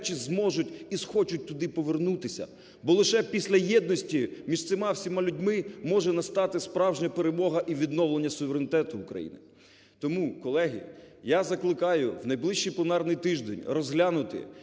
зможуть і схочуть туди повернутися? Бо лише після єдності між цими всіма людьми може настати справжня Перемога і відновлення суверенітету в Україні. Тому, колеги, я закликаю в найближчий пленарний тиждень розглянути